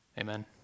amen